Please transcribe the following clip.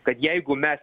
kad jeigu mes